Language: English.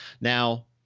Now